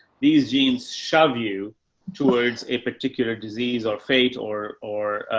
these genes shove you towards a particular disease or fate or, or,